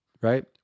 right